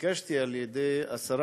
התבקשתי על-ידי השרה